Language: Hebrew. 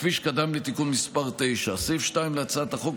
כפי שקדם לתיקון מס' 9. סעיף 2 להצעת החוק,